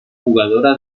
jugadora